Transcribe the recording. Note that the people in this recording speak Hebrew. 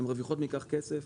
הן מרוויחות מכך כסף,